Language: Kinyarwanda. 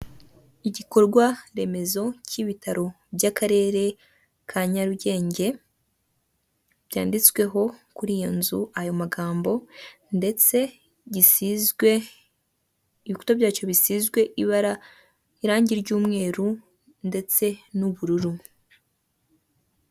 Igikorwaremezo cy'ibitaro by'akarere ka Nyarugenge byanditsweho kuri iyo nzu ayo magambo, ndetse gishyizwe ibikuta byacyo bisizwe ibara irangi ry'umweru ndetse n'ubururu.